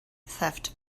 theft